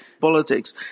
politics